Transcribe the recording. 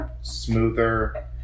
smoother